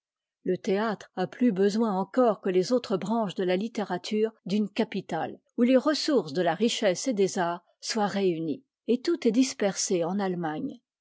le théâtre a plus besoin encore que les autres branches de la littérature d'une capitale où les ressources de la richesse et des arts soient réunies et tout est dispersé en atlemagne